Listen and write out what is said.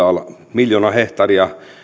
miljoona hehtaaria